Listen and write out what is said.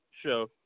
show